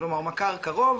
כלומר מכר קרוב,